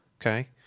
Okay